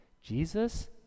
Jesus